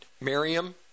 Miriam